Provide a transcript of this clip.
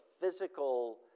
physical